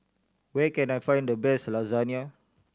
where can I find the best Lasagne